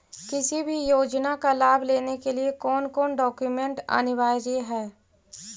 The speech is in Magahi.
किसी भी योजना का लाभ लेने के लिए कोन कोन डॉक्यूमेंट अनिवार्य है?